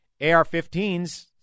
AR-15s